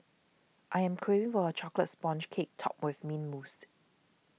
I am craving for a Chocolate Sponge Cake Topped with Mint Mousse